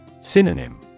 Synonym